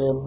0